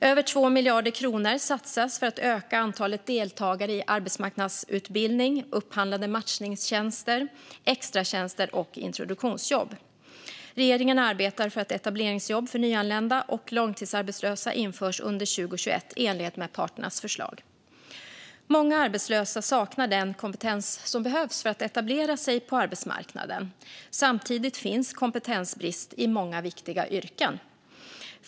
Över 2 miljarder kronor satsas för att öka antalet deltagare i arbetsmarknadsutbildning, upphandlade matchningstjänster, extratjänster och introduktionsjobb. Regeringen arbetar för att etableringsjobb för nyanlända och långtidsarbetslösa ska införas under 2021, i enlighet med parternas förslag. Många arbetslösa saknar den kompetens som behövs för att etablera sig på arbetsmarknaden. Samtidigt finns kompetensbrist i många viktiga yrken.